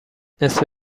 نصف